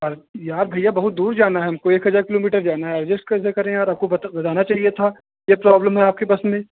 अरे यार भैया बहुत दूर जाना है हमको एक हजार किलोमीटर जाना है एडजस्ट कैसे करें यार आपको बताना चाइए था ये प्रॉब्लम है आपके बस में